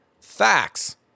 facts